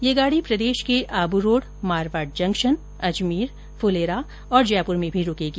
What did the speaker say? यह गाड़ी प्रदेश के ँ आबूरोड़ मारवाड़ जंक्शन अजमेर फुलेरा और जयपुर में भी रूकेगी